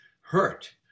hurt